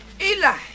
Eli